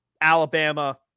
alabama